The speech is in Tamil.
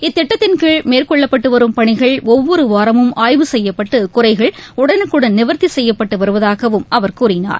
இத்திட்டத்தின்கீழ் மேற்கொள்ளப்பட்டு வரும் பணிகள் ஒவ்வொரு வாரமும் ஆய்வு செய்யப்பட்டு குறைகள் உடனுக்குடன் நிவர்த்தி செய்யப்பட்டு வருவதாகவும் அவர் கூறினார்